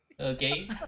Okay